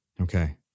Okay